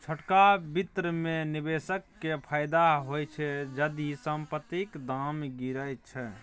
छोटका बित्त मे निबेशक केँ फायदा होइ छै जदि संपतिक दाम गिरय छै